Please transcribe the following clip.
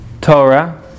Torah